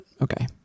okay